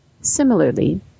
Similarly